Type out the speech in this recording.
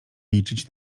liczyć